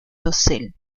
dosel